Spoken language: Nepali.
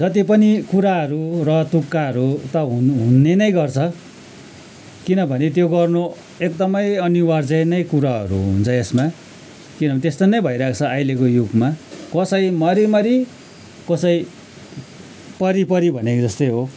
जति पनि कुराहरू र तुक्काहरू त हुन् हुने नै गर्छ किनभने त्यो गर्नु एकदमै अनिवार्य नै कुराहरू हुन्छ यसमा किनभने त्यस्तो नै भइरहेको छ अहिलेको युगमा कसैलाई मरीमरी कसैलाई परीपरी भनेको जस्तै हो